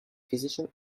physician